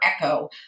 echo